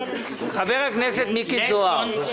חבר הכנסת מיקי זוהר,